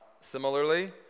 Similarly